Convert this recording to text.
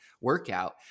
workout